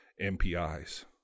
MPIs